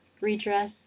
redress